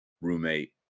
roommate